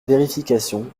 vérification